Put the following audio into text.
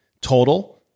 total